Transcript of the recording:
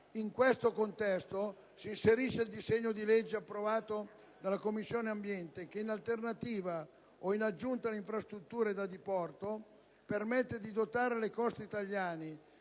In questo contesto si inserisce il disegno di legge approvato dalla Commissione ambiente, che, in alternativa o in aggiunta alle infrastrutture da diporto, permette di dotare le coste italiane